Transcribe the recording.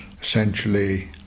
essentially